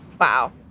Wow